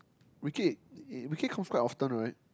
Wee Kiat Wee Kiat comes quite often right